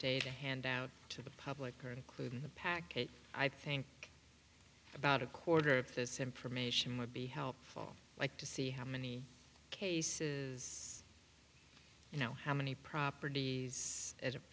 to hand out to the public or including the packet i think about a quarter of this information would be helpful like to see how many cases you know how many properties